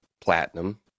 platinum